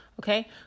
okay